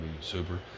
super